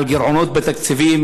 על גירעונות בתקציבים,